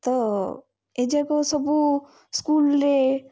ତ ଏଯାକ ସବୁ ସ୍କୁଲ୍ରେ